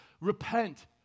Repent